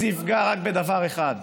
זה יפגע רק בדבר אחד,